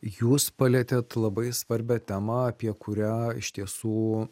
jūs palietėt labai svarbią temą apie kurią iš tiesų